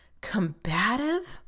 combative